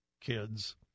kids